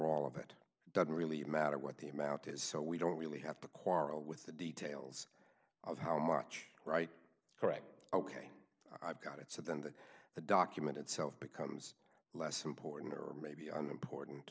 all of it doesn't really matter what the amount is so we don't really have to quarrel with the details of how much right correct ok i've got it so then that the document itself becomes less important or maybe an important